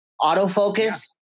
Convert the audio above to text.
autofocus